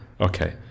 okay